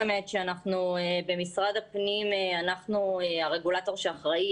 אנחנו במשרד הפנים הרגולטור שאחראיים